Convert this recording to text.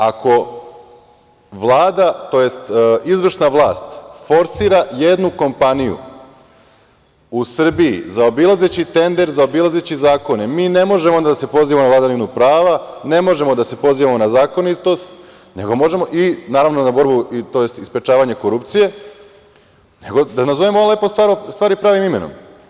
Ako Vlada, tj. izvršna vlast forsira jednu kompaniju u Srbiji zaobilazeći tender, zaobilazeći zakone, mi ne možemo da se pozivamo na vladavinu prava, ne možemo da se pozivamo na zakonitost, i naravno, sprečavanje korupcije, nego da nazovemo lepo stvari pravim imenom.